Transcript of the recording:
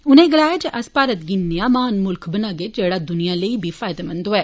उनै गलाया जे अस भारत गी नेह महान मुल्ख बनागे जेड़ा दुनिया लेई बी फायदेमंद होए